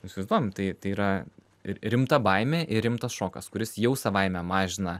nu įsivaizduojam tai tai yra rimta baimė ir rimtas šokas kuris jau savaime mažina